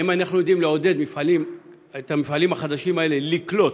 אבל האם אנחנו יודעים לעודד את המפעלים החדשים האלה לקלוט,